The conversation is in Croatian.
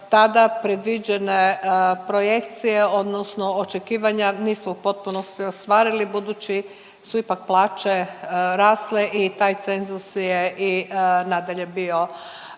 tada predviđene projekcije odnosno očekivanja nisu u postupnosti ostvarili budući su ipak plaće rasle i taj cenzus je i nadalje bio prenizak.